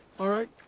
alright.